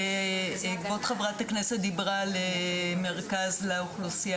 כבוד חברת הכנסת דיברה על מרכז לאוכלוסייה